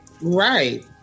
Right